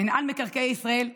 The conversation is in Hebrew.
מינהל מקרקעי ישראל,